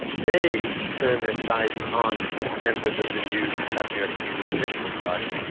they turned their sights on members of the new patriotic union political party.